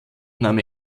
nahm